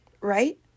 right